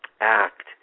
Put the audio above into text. Act